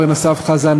אורן אסף חזן,